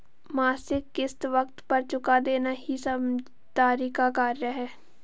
मासिक किश्त वक़्त पर चूका देना ही समझदारी का कार्य है